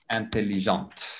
intelligente